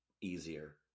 easier